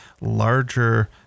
larger